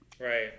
Right